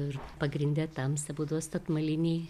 ir pagrinde tamsi būdavo statmaliniai